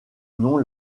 non